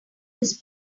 this